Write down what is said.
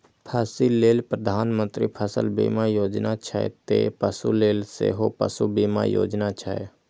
फसिल लेल प्रधानमंत्री फसल बीमा योजना छै, ते पशु लेल सेहो पशु बीमा योजना छै